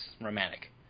romantic